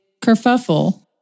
kerfuffle